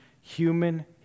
human